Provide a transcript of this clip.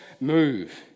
move